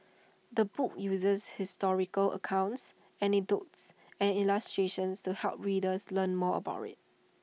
the book uses historical accounts anecdotes and illustrations to help readers learn more about IT